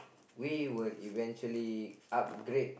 we would eventually upgrade